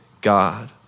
God